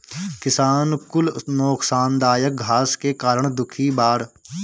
किसान कुल नोकसानदायक घास के कारण दुखी बाड़